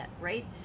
right